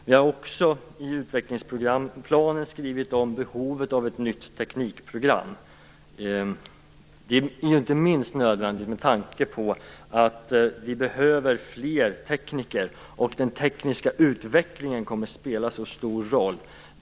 Vi har också i utvecklingsplanen skrivit om behovet av ett nytt teknikprogram. Det är inte minst nödvändigt med tanke på att vi behöver fler tekniker och att den tekniska utvecklingen kommer att spela en så stor roll.